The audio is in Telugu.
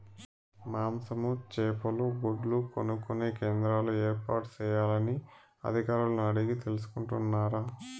మాంసము, చేపలు, గుడ్లు కొనుక్కొనే కేంద్రాలు ఏర్పాటు చేయాలని అధికారులను అడిగి తెలుసుకున్నారా?